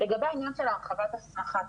לגבי העניין של הרחבת הסמכה,